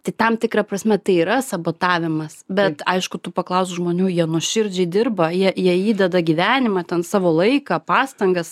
tai tam tikra prasme tai yra sabotavimas bet aišku tu paklausk žmonių jie nuoširdžiai dirba jie įdeda gyvenimą ten savo laiką pastangas